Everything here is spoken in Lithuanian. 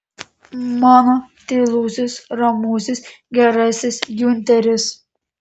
mano tylusis ramusis gerasis giunteris